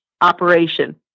operation